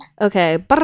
Okay